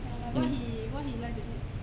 ya like what he what he like to eat